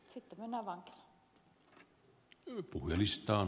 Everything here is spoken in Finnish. arvoisa herra puhemies